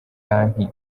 banki